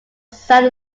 sand